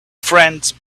friends